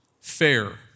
Fair